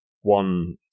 one